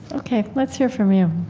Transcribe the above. ok, let's hear from you